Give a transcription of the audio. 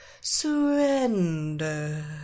surrender